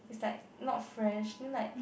it's like not fresh then like